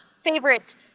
favorite